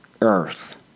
earth